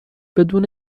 بدون